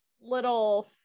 little